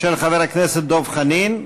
של חבר הכנסת דב חנין.